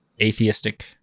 atheistic